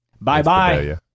Bye-bye